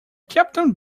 captain